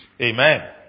Amen